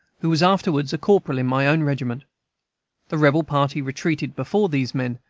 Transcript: who was afterwards a corporal in my own regiment the rebel party retreated before these men,